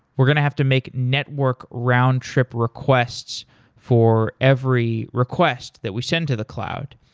we're going to have to make network round trip requests for every request that we send to the cloud.